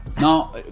now